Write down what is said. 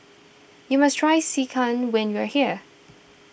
you must try Sekihan when you are here